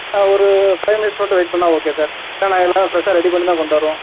ஆ ஒரு five minutes மட்டும் wait பண்ணால் ஓகே சார் ஏன்னா எல்லாம் ஃப்ரெஷ்ஷாக ரெடி பண்ணி தான் கொண்டு வருவோம்